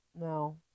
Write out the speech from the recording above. No